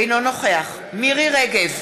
אינו נוכח מירי רגב,